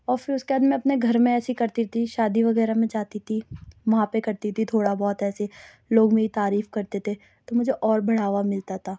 اور پھر اُس کے بعد میں اپنے گھر میں ایسی کرتی تھی شادی وغیرہ میں جاتی تھی وہاں پہ کرتی تھی تھوڑا بہت ایسے لوگ میری تعریف کرتے تھے تو مجھے اور بڑھاوا ملتا تھا